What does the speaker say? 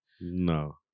No